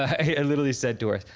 i literally said to her,